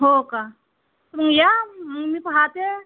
हो का तुम्ही या मग मी पाहते